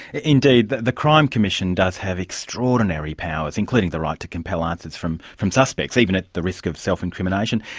indeed, the the crime commission does have extraordinary powers, including the right to compel answers from from suspects, even at the risk of self-incrimination.